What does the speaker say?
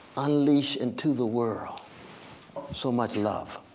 unleash into the world so much love,